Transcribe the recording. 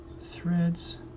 Threads